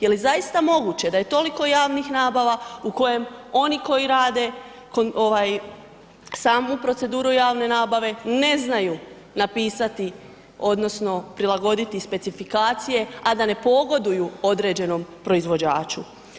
Je li zaista moguće da je toliko javnih nabava u kojem oni koji rade samu proceduru javne nabave ne znaju napisati odnosno prilagoditi specifikacije, a da ne pogoduju određenom proizvođaču.